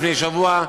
לפני שבוע,